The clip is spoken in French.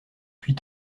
puis